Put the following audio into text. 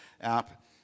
app